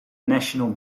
national